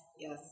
Yes